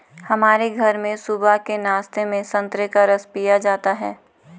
हमारे घर में सुबह के नाश्ते में संतरे का रस पिया जाता है